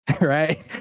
Right